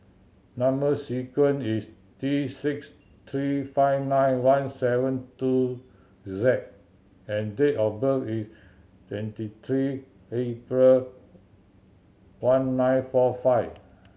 number sequence is T six three five nine one seven two Z and date of birth is twenty three April one nine four five